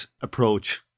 approach